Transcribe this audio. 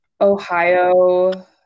Ohio